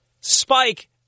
Spike